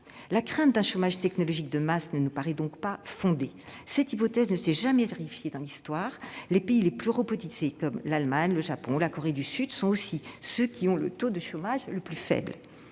émerger un chômage technologique de masse ne nous paraît donc pas fondée. Cette hypothèse ne s'est jamais vérifiée dans l'histoire. Les pays les plus robotisés, comme l'Allemagne, le Japon ou la Corée du Sud, sont aussi ceux qui ont le taux de chômage le plus faible.